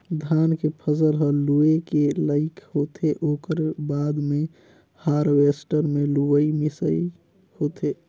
धान के फसल ह लूए के लइक होथे ओकर बाद मे हारवेस्टर मे लुवई मिंसई होथे